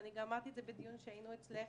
ואני גם אמרתי את זה בדיון שהיינו אצלך,